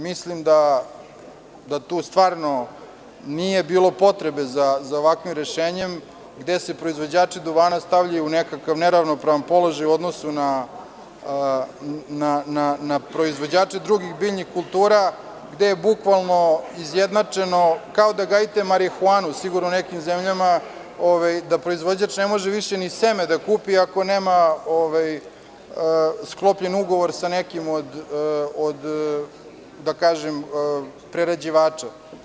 Mislim da tu stvarno nije bilo potrebe za ovakvim rešenjem, gde se proizvođači duvana stavljaju u nekakav neravnopravan položaj u odnosu na proizvođače drugih biljnih kultura, gde je bukvalno izjednačeno, kao da gajite marihuanu, sigurno u nekim zemljama, da proizvođač ne može više ni seme da kupi ako nema sklopljen ugovor sa nekim od prerađivača.